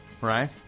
right